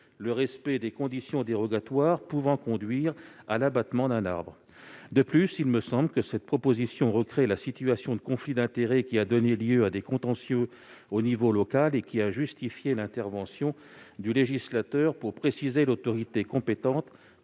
le respect des conditions dérogatoires pouvant conduire à l'abattement d'un arbre. De plus, il me semble que nous retrouverions alors la situation de conflit d'intérêts qui a donné lieu à des contentieux au niveau local et qui a justifié l'intervention du législateur visant à préciser l'autorité compétente